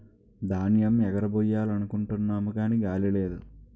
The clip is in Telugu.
ధాన్యేమ్ ఎగరబొయ్యాలనుకుంటున్నాము గాని గాలి లేదు